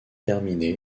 terminée